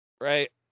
Right